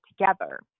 together